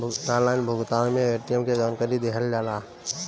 Online भुगतान में ATM के जानकारी दिहल जाला?